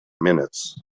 minutes